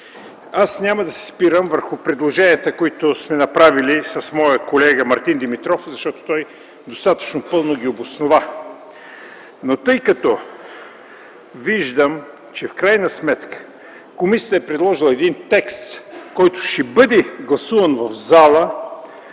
Аз няма да се спирам на предложенията, които сме направили с моя колега Мартин Димитров, защото той достатъчно пълно ги обоснова. Но, тъй като виждам, че в крайна сметка комисията е предложила един текст, който ще бъде гласуван в залата,